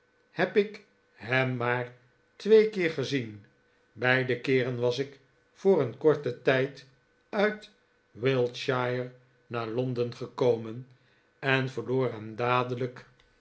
heb ik hem maar twee keer gezien beide keeren was ik voor een korten tijd uit wiltshire naar londen gekomen en verloor hem dadelijk